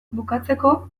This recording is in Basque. bukatzeko